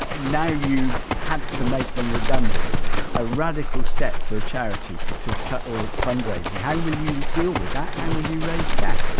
ah now you've had to make them redundant a radical step for a charity to cut all its fundraising. how will you deal with that, how will you raise cash?